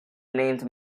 named